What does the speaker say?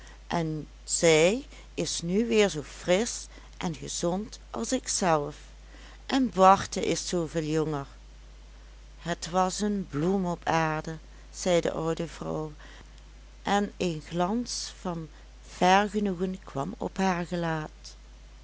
en zij is nu weer zoo frisch en gezond als ikzelf en barte is zooveel jonger het was een bloem op aarde zei de oude vrouw en een glans van vergenoegen kwam op haar gelaat